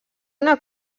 una